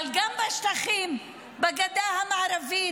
אבל גם בשטחים, בגדה המערבית,